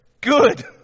good